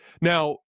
Now